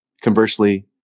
Conversely